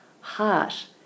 heart